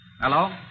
Hello